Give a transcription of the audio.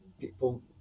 people